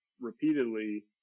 repeatedly